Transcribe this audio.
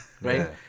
right